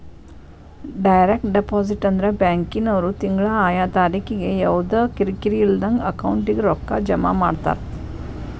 direct deposit ಅಂದ್ರ ಬ್ಯಾಂಕಿನ್ವ್ರು ತಿಂಗ್ಳಾ ಆಯಾ ತಾರಿಕಿಗೆ ಯವ್ದಾ ಕಿರಿಕಿರಿ ಇಲ್ದಂಗ ಅಕೌಂಟಿಗೆ ರೊಕ್ಕಾ ಜಮಾ ಮಾಡ್ತಾರ